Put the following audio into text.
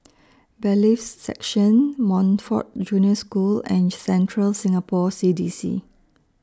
Bailiffs' Section Montfort Junior School and Central Singapore C D C